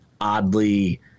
oddly